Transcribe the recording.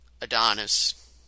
Adonis